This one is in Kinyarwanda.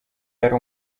yari